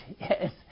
Yes